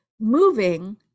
moving